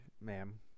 ma'am